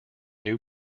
new